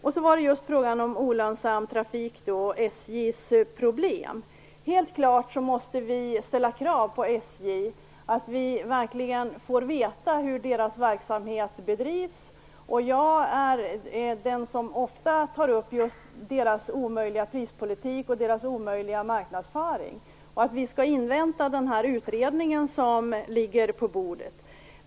Vad gäller frågan om SJ:s problem med olönsam trafik måste vi helt klart ställa krav på SJ att verkligen få veta hur företagets verksamhet bedrivs. Jag har ofta tagit upp dess omöjliga prispolitik och dess omöjliga marknadsföring. Vi skall dock invänta den utredning som är på gång.